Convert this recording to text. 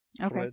Okay